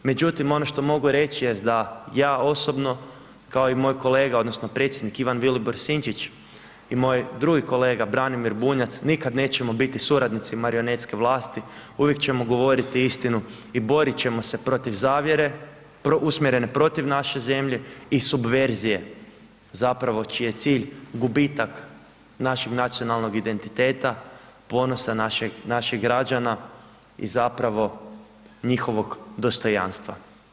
Međutim, ono što mogu reći jest da ja osobno kao i moj kolega odnosno predsjednik Ivan Vilibor Sinčić i moj drugi kolega Branimir Bunjac, nikad nećemo biti suradnici marionetske vlasti, uvijek ćemo govoriti istinu i borit ćemo se protiv zavjere usmjerene protiv naše zemlje i subverzije, zapravo čiji je cilj gubitak našeg nacionalnog identiteta, ponosa naših građana i zapravo njihovog dostojanstva.